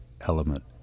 element